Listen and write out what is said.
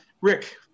Rick